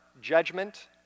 judgment